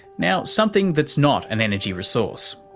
now something that's not an energy resource,